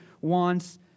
wants